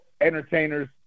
entertainers